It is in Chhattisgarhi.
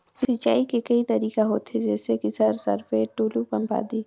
सिंचाई के कई तरीका होथे? जैसे कि सर सरपैट, टुलु पंप, आदि?